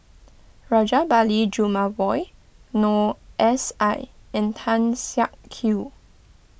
Rajabali Jumabhoy Noor S I and Tan Siak Kew